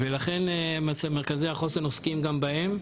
ולכן מרכזי החוסן עוסקים גם בהם.